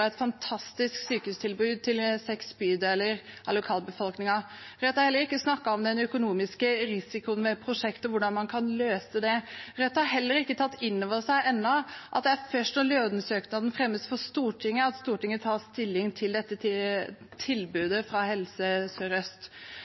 et fantastisk sykehustilbud til lokalbefolkningen i seks bydeler. Rødt har heller ikke snakket om den økonomiske risikoen med prosjektet, hvordan man kan løse det. Rødt har heller ikke tatt inn over seg ennå at det er først når lånesøknaden fremmes for Stortinget, at Stortinget tar stilling til dette tilbudet fra Helse